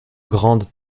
grandes